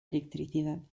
electricidad